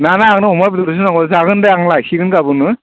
नाङा नाङा आंनो अमा बेदरखौसो नांगौ जागोन दे आं लाबोसिगोन गाबोनो